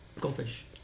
Goldfish